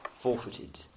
forfeited